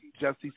Jesse